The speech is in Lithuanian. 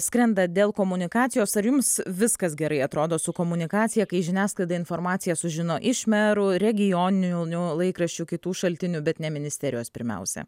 skrenda dėl komunikacijos ar jums viskas gerai atrodo su komunikacija kai žiniasklaida informaciją sužino iš merų regioninių laikraščių kitų šaltinių bet ne ministerijos pirmiausia